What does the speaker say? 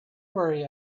worry